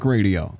Radio